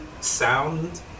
sound